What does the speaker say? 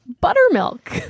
buttermilk